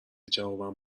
جوابم